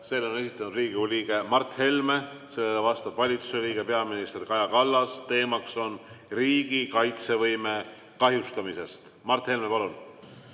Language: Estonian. Selle on esitanud Riigikogu liige Mart Helme, sellele vastab valitsuse liige peaminister Kaja Kallas ja teema on riigi kaitsevõime kahjustamine. Mart Helme, palun!